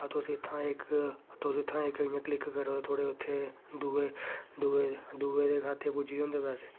तुस इत्थें इक तुस इत्थें इक इयां क्लिक करो ते थुआढ़े दुए दुए दुए दे खाते दे पुज्जी गेदे होंदे पैसे